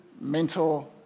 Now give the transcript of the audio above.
mentor